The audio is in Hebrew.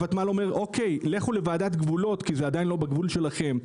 הותמ"ל אומר 'אוקיי לכו לוועדת גבולות כי זה עדיין לא בגבול שלכם'.